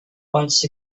once